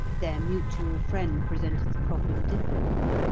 their mutual friend presented the problem differently.